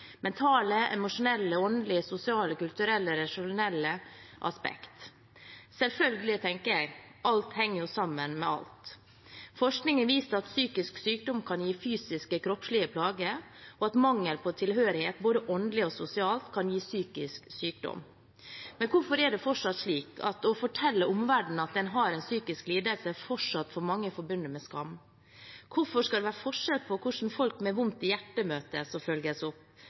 mentale, emosjonelle, åndelige, sosiale, kulturelle og rasjonelle aspekt. Selvfølgelig, tenker jeg, alt henger sammen med alt. Forskning har vist at psykisk sykdom kan gi fysiske, kroppslige plager, og at mangel på tilhørighet, både åndelig og sosialt, kan gi psykisk sykdom. Men hvorfor er det fortsatt slik at å fortelle omverdenen at en har en psykisk lidelse, for mange fortsatt er forbundet med skam? Hvorfor skal det være forskjellig fra hvordan folk med vondt i hjertet møtes og følges opp?